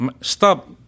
stop